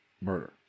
murder